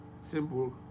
simple